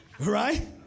right